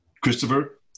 Christopher